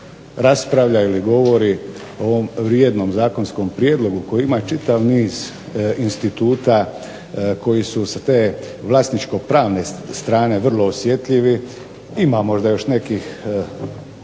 raspravlja ili govori o ovom vrijednom zakonskom prijedlogu koji ima čitav niz instituta koji su s te vlasničkopravne strane vrlo osjetljivi, ima možda još nekih